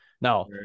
now